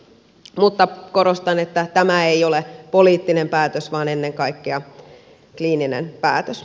mutta korostan että tämä ei ole poliittinen päätös vaan ennen kaikkea kliininen päätös